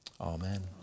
Amen